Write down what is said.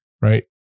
Right